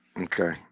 Okay